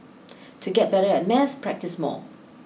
to get better at maths practise more